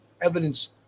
evidence